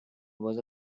was